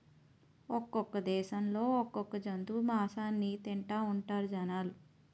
ఒక్కొక్క దేశంలో ఒక్కొక్క జంతువు మాసాన్ని తింతాఉంటారు జనాలు